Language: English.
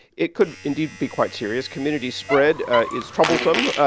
it could indeed be quite serious. community spread is troublesome.